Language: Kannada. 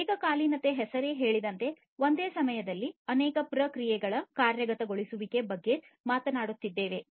ಏಕಕಾಲೀನತೆ ಹೆಸರೇ ಹೇಳಿದಂತೆ ಒಂದೇ ಸಮಯದಲ್ಲಿ ಅನೇಕ ಪ್ರಕ್ರಿಯೆಗಳ ಕಾರ್ಯಗತಗೊಳಿಸುವಿಕೆಯ ಬಗ್ಗೆ ಮಾತನಾಡುತ್ತಿದ್ದೇವೆ